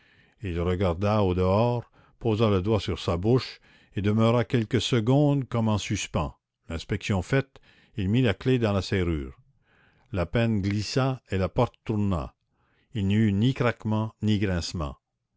il regarda au dehors posa le doigt sur sa bouche et demeura quelques secondes comme en suspens l'inspection faite il mit la clef dans la serrure le pêne glissa et la porte tourna il n'y eut ni craquement ni grincement